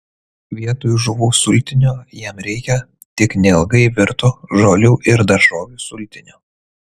vietoj žuvų sultinio jam reikia tik neilgai virto žolių ir daržovių sultinio